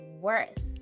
worth